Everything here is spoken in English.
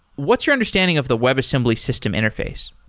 what's your understanding of the webassembly system interface?